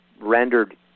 rendered